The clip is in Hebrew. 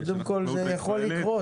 קודם כול, זה יכול לקרות.